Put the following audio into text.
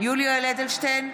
יולי יואל אדלשטיין,